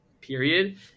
period